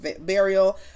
burial